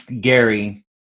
Gary